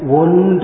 one